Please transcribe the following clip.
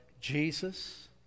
Jesus